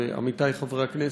ועמיתי חברי הכנסת,